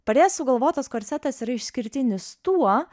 parė sugalvotas korsetas yra išskirtinis tuo